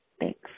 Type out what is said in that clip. Thanks